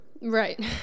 Right